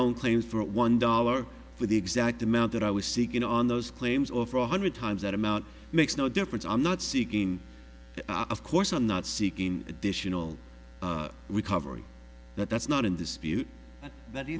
own claims for a one dollar for the exact amount that i was seeking on those claims over one hundred times that amount makes no difference i'm not seeking of course i'm not seeking additional recovery that that's not in dispute that